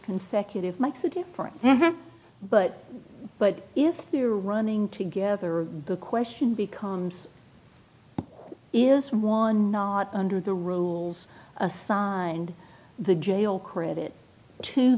consecutive makes a difference but but if you're running together book where he becomes is one not under the rules assigned the jail credit to